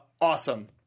awesome